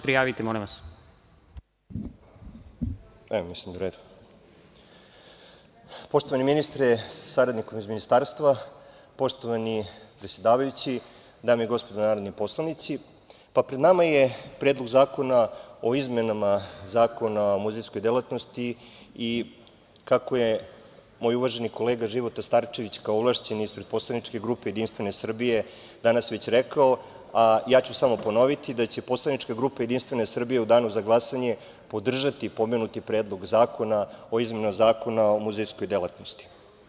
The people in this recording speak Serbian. Poštovani ministre, sa saradnikom iz Ministarstva, poštovani predsedavajući, dame i gospodo narodni poslanici, pred nama je Predlog zakona o izmenama Zakona o muzejskoj delatnosti i kako je moj uvaženi kolega, Života Starčević, kao ovlašćeni, ispred poslaničke grupe JS danas već rekao, a ja ću samo ponoviti, da će poslanička grupa JS u danu za glasanje, podržati pomenuti Predlog zakona o izmenama Zakona o muzejskoj delatnosti.